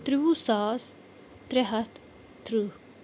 تٕرٛوٚوُہ ساس ترٛےٚ ہَتھ ترٛہ